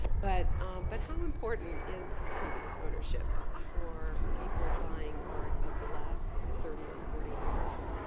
but but how important is previous ownership for people buying art of the last thirty or forty years?